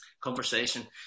conversation